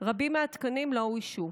ורבים מהתקנים לא אוישו.